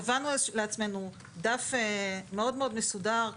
קבענו לעצמנו דף מאוד מאוד מסודר,